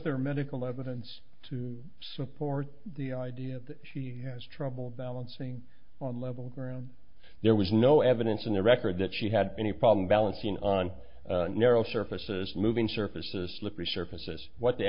their medical evidence to support the idea that she has trouble balancing on level ground there was no evidence in the record that she had been a problem balancing on narrow surfaces moving surfaces slippery surfaces what the